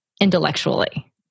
intellectually